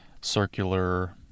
circular